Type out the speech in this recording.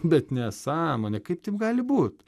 bet nesąmonė kaip taip gali būt